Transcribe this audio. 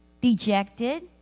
dejected